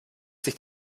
sich